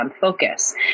focus